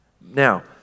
Now